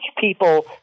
people